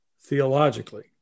theologically